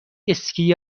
اسکی